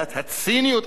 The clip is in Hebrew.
אדוני היושב-ראש,